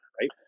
right